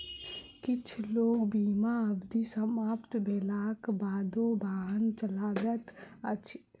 किछ लोक बीमा अवधि समाप्त भेलाक बादो वाहन चलबैत अछि